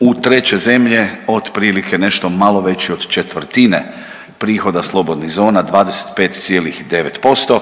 u treće zemlje otprilike nešto malo veći od četvrtine prihoda slobodnih zona 25,9%,